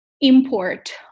import